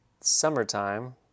summertime